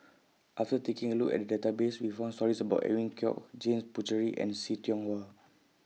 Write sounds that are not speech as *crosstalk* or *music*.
*noise* after taking A Look At The Database We found stories about Edwin Koek James Puthucheary and See Tiong Wah